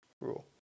rule